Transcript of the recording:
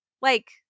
like-